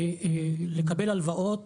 לקבל הלוואות